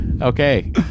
Okay